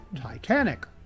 Titanic